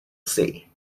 see